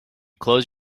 close